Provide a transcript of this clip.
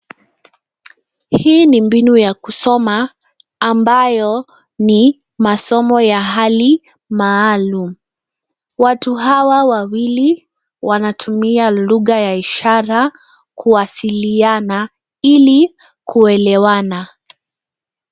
Hii ni mbinu ya kusoma ambayo ni masomo ya hali maalum. Watu hawa wawili wanatumia lugha ya ishara kuwasiliana ili kuelewana.